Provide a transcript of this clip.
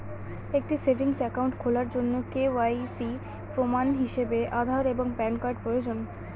একটি savings account খোলার জন্য কে.ওয়াই.সি প্রমাণ হিসাবে আধার এবং প্যান কার্ড প্রয়োজন